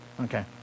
Okay